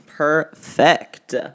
Perfect